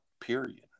period